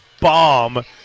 bomb